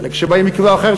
חלק שבאים מכיוון אחר,